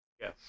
Yes